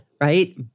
right